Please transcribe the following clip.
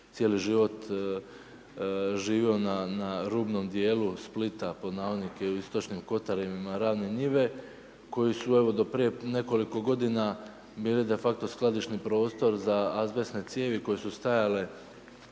cijeli život živio na rubnom dijelu Splita, pod navodnike u istočnim Kotarevima Ravne Njive koje su evo do prije nekoliko godina bile de facto skladišni prostor za azbestne cijevi koje su stajale